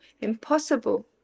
impossible